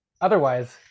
Otherwise